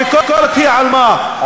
הביקורת היא על מה,